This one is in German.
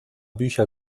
bücher